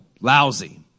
lousy